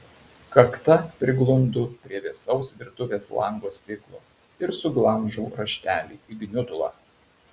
kakta priglundu prie vėsaus virtuvės lango stiklo ir suglamžau raštelį į gniutulą